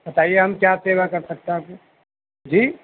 بتائیے ہم کیا سیوا کر سکتے ہیں آپ کی جی